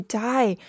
die